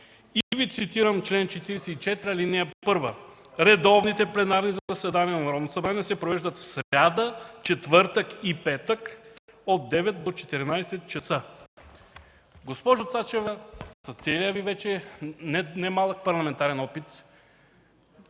Цитирам чл. 44, ал. 1: „Редовните пленарни заседания на Народното събрание се провеждат сряда, четвъртък и петък от 9,00 до 14,00 ч.” Госпожо Цачева, с целия Ви не малък парламентарен опит,